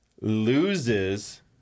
loses